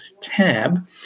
tab